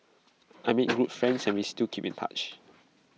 I made good friends and we still keep in touch